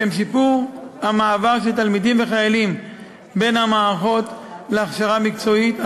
לשם שיפור המעבר של תלמידים וחיילים בין המערכות להכשרה מקצועית,